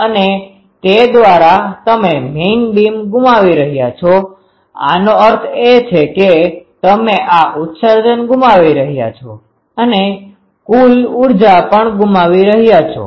અને તે દ્વારા તમે મેઈન બીમ ગુમાવી રહ્યા છો આનો અર્થ એ છે કે તમે આ ઉર્જા ગુમાવી રહ્યાં છો અને કુલ ઉર્જા પણ ગુમાવી રહ્યા છો